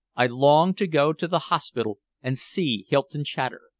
i longed to go to the hospital and see hylton chater,